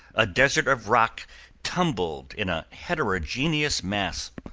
a desert of rock tumbled in a heterogeneous mass,